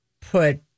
put